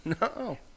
No